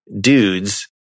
dudes